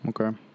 Okay